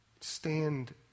Stand